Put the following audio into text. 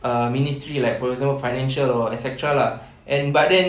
uh ministry like for example financial or et cetera lah and but then